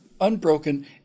unbroken